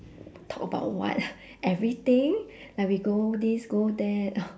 talk about what everything like we go this go that